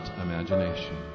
imagination